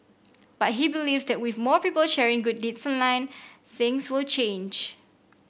but he believes that with more people sharing good deeds line things will change